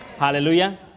Hallelujah